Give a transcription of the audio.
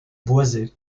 boisé